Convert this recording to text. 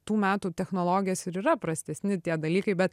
tų metų technologijas ir yra prastesni tie dalykai bet